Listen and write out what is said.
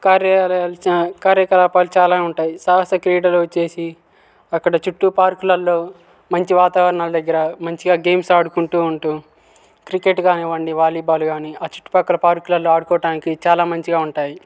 కార్యాలయాలు కార్యకలాపాలు చాలానే ఉంటాయి సాహస క్రీడలు వచ్చేసి అక్కడ చుట్టూ పార్కులల్లో మంచి వాతావరణాల దగ్గర మంచిగా గేమ్స్ ఆడుకుంటూ ఉంటూ క్రికెట్ కానివ్వండి వాలీబాల్ కాని ఆ చుట్టు పక్కల పార్కులలో ఆడుకోవడానికి చాలా మంచిగా ఉంటాయి